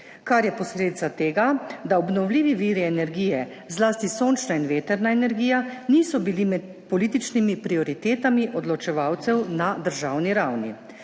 kar je posledica tega, da obnovljivi viri energije, zlasti sončna in vetrna energija niso bili med političnimi prioritetami odločevalcev na državni ravni.